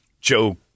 Joe